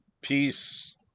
peace